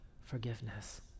forgiveness